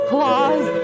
Claus